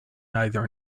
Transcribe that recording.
neither